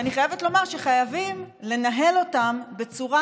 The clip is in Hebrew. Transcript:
ואני חייבת לומר שחייבים לנהל אותן בצורה